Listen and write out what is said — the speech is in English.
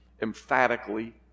emphatically